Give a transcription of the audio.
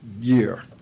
year